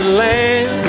land